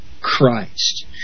Christ